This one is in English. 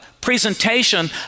presentation